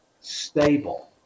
stable